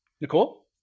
Nicole